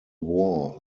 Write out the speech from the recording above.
war